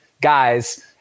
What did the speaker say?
guys